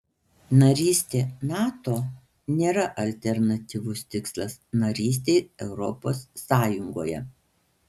narystė nato nėra alternatyvus tikslas narystei europos sąjungoje